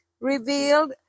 revealed